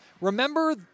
Remember